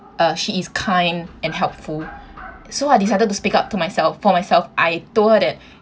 uh she is kind and helpful so I decided to speak up to myself for myself I don't want that